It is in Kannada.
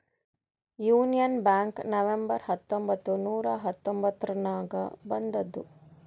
ಯೂನಿಯನ್ ಬ್ಯಾಂಕ್ ನವೆಂಬರ್ ಹತ್ತೊಂಬತ್ತ್ ನೂರಾ ಹತೊಂಬತ್ತುರ್ನಾಗ್ ಬಂದುದ್